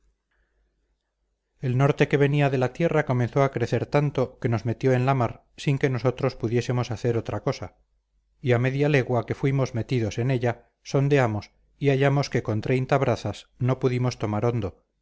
el norte que venía de la tierra comenzó a crecer tanto que nos metió en la mar sin que nosotros pudiésemos hacer otra cosa y a media legua que fuimos metidos en ella sondeamos y hallamos que con treinta brazas no pudimos tomar hondo